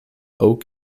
oak